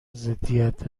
ضدیت